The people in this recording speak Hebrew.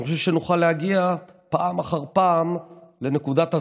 אני חושב שנוכל להגיע פעם אחר פעם לנקודת הזהב.